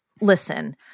listen—